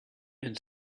and